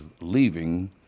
leaving